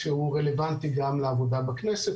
שהוא רלוונטי גם לעבודה בכנסת,